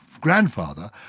grandfather